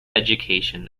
education